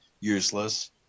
useless